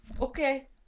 Okay